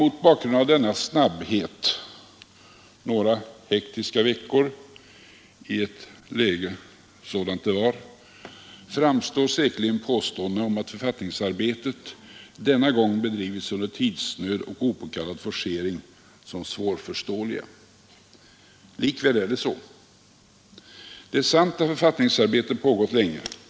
Mot bakgrund av denna snabbhet, några hektiska veckor i ett läge sådant det var, framstår säkerligen påståendena om att författningsarbetet denna gång bedrivits under tidsnöd och opåkallad forcering som svårförståeliga. Likväl är det så. Det är sant att författningsarbetet har pågått länge.